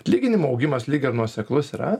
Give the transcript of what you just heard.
atlyginimų augimas lyg ir nuoseklus yra